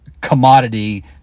commodity